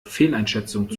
fehleinschätzung